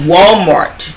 Walmart